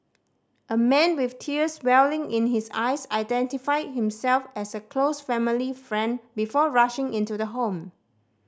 a man with tears welling in his eyes identified himself as a close family friend before rushing into the home